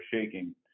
shaking